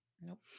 Nope